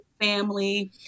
family